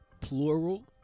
plural